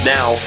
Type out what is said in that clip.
Now